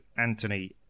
Anthony